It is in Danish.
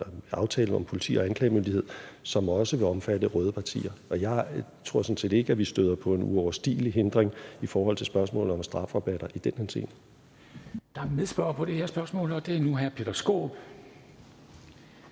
en aftale om politi og anklagemyndighed, som også vil omfatte røde partier. Og jeg tror sådan set ikke, at vi støder på en uoverstigelig hindring i forhold til spørgsmålet om strafrabatter, i den henseende. Kl. 13:15 Formanden (Henrik Dam Kristensen): Der er en medspørger på